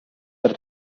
per